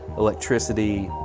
electricity,